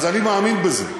אז אני מאמין בזה.